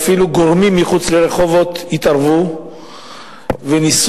ואפילו גורמים מחוץ לרחובות התערבו וניסו